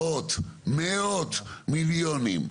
מאות, מאות מיליונים.